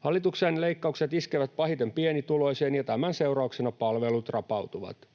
Hallituksen leikkaukset iskevät pahiten pienituloisiin, ja tämän seurauksena palvelut rapautuvat.